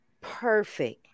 perfect